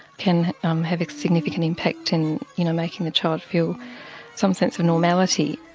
can um have a significant impact in you know making the child feel some sense of normality.